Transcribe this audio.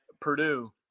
Purdue